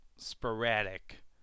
sporadic